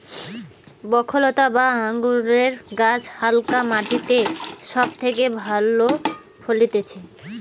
দ্রক্ষলতা বা আঙুরের গাছ হালকা মাটিতে সব থেকে ভালো ফলতিছে